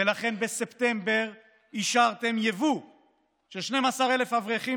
ולכן בספטמבר אישרתם יבוא של 12,000 אברכים